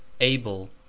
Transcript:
Able